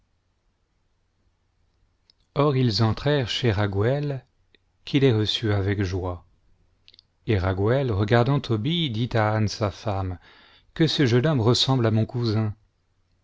or ils entrèrent chez raguel qnî les reçut avec joie et raguel regardant tobie dit à anne sa femme que ce jeune homme ressemble à mon cousin